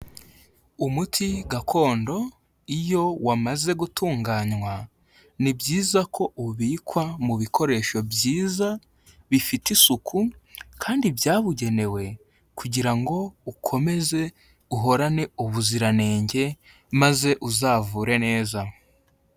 Umuti gakondo iyo wamaze gutunganywa, ni byiza ko ubikwa mu bikoresho byiza, bifite isuku, kandi byabugenewe kugira ngo ukomeze uhorane ubuziranenge, maze uzavure neza.